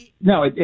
No